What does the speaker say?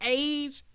age